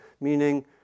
meaning